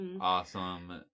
awesome